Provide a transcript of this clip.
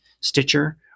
Stitcher